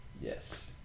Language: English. Yes